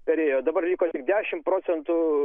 perėjo dabar liko tik dešimt procentų